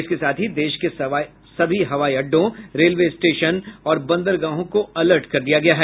इसके साथ ही देश के सभी हवाई अड्डों रेलवे स्टेशन और बंदरगाहों को अलर्ट कर दिया गया है